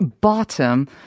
bottom